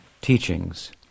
teachings